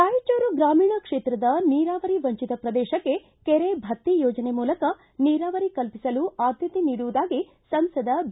ರಾಯಚೂರು ಗ್ರಾಮೀಣ ಕ್ಷೇತ್ರದ ನೀರಾವರಿ ವಂಚಿತ ಪ್ರದೇಶಕ್ಕೆ ಕೆರೆ ಭರ್ತಿ ಯೋಜನೆ ಮೂಲಕ ನೀರಾವರಿ ಕಲ್ಪಿಸಲು ಆದ್ದತೆ ನೀಡುವುದಾಗಿ ಸಂಸದ ಬಿ